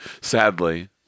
sadly